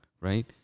right